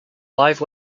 live